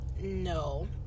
no